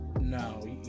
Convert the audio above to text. No